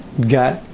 got